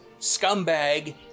scumbag